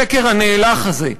השקר הנאלח הזה,